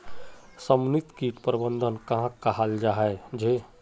समन्वित किट प्रबंधन कहाक कहाल जाहा झे?